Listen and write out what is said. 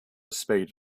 spade